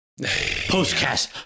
Postcast